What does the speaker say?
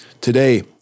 Today